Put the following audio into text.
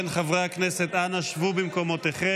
אני קובע כי ההסתייגויות לא